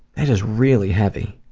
that is really heavy.